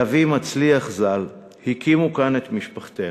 ואבי מצליח ז"ל הקימו כאן את משפחתנו.